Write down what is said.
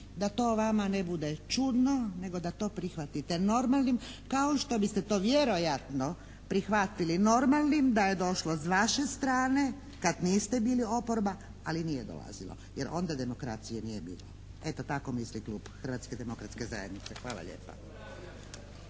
da to vama ne bude čudno nego da to prihvatite normalnim kao što biste to vjerojatno prihvatili normalnim da je došlo s vaše strane kad niste bili oporba, ali nije dolazilo jer onda demokracije nije bilo. Eto tako misli Klub Hrvatske demokratske zajednice. Hvala lijepa.